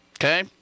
okay